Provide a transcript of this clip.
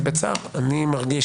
בצער אני אומר אני מרגיש,